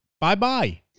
bye-bye